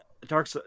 dark